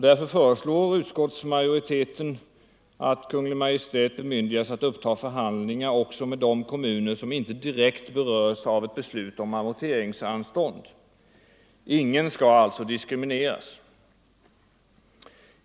Därför föreslår utskottsmajoriteten att Kungl. Maj:t bemyndigas att uppta förhandlingar också med de kommuner som inte direkt berörs av ett beslut om amorteringsanstånd. Ingen bör alltså diskrimineras.